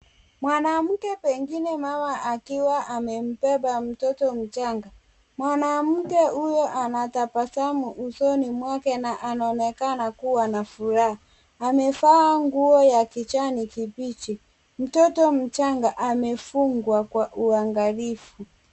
Mwanamke pengine mama akiwa amembeba mtoto mchanga. Mwanamke huyo anatabasamu usoni mwake na anaonekana kuwa na furaha. Amevaa nguo ya kijani kibichi. Mtoto mchanga amefungwa kwa uangalifu.